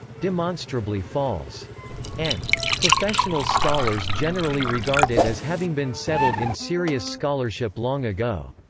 demonstrably false and professional scholars generally regard it as having been settled in serious scholarship long ago.